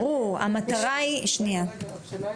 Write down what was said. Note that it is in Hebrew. ברור, המטרה היא, שנייה, שנייה,